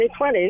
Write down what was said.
2020